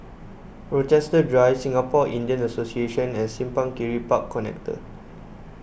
Rochester Drive Singapore Indian Association and Simpang Kiri Park Connector